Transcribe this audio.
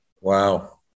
Wow